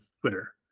Twitter